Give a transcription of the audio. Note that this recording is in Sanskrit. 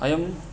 अयं